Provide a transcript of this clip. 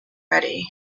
ready